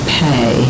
pay